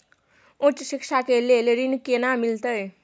उच्च शिक्षा के लेल ऋण केना मिलते?